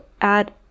add